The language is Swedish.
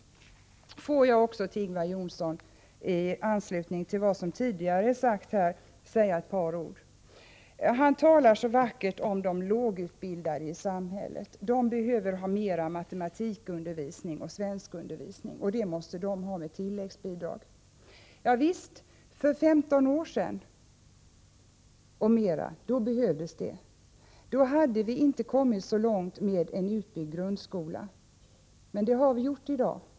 Jag vill också säga ett par ord till Ingvar Johnsson i anslutning till vad som tidigare har anförts. Han talade så vackert om de lågutbildade i samhället. De behöver ha mer matematikoch svenskundervisning, och denna måste de ges med tilläggsbidrag. Javisst, för 15 år sedan och mer behövdes det. Då hade vi inte kommit så långt med en utbyggd grundskola, men det har vi gjort i dag.